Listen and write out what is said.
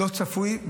לא צפוי.